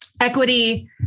Equity